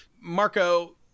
Marco